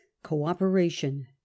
Cooperation